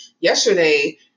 yesterday